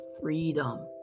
Freedom